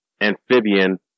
amphibian